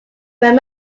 when